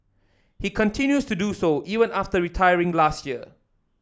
he continues to do so even after retiring last year